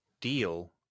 deal